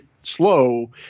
slow